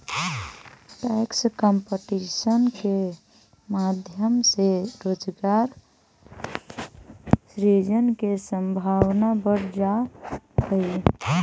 tax competition के माध्यम से रोजगार सृजन के संभावना बढ़ जा हई